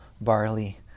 barley